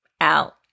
out